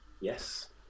Yes